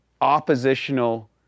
oppositional